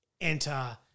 enter